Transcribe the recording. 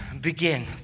begin